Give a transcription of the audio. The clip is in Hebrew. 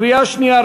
קריאה שנייה.